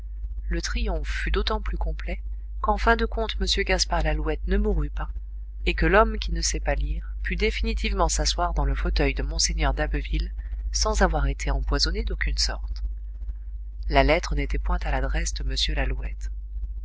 le triomphe fut d'autant plus complet qu'en fin de compte m gaspard lalouette ne mourut pas et que l'homme qui ne sait pas lire put définitivement s'asseoir dans le fauteuil de mgr d'abbeville sans avoir été empoisonné d'aucune sorte la lettre n'était point à l'adresse de m lalouette